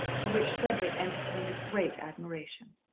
for which cedric entertained a great admiration.